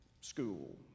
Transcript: school